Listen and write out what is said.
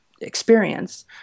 experience